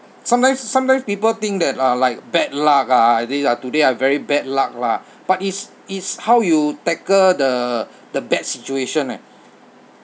sometimes sometimes people think that uh like bad luck uh this today I very bad luck lah but it's it's how you tackle the the bad situation leh